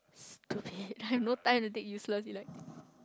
I have no time to take useless elective